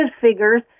figures